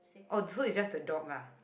oh so it's just the dog lah